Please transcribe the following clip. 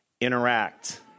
interact